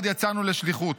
יחד יצאנו לשליחות.